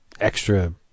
extra